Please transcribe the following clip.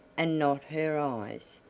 and not her eyes,